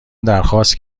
درخواست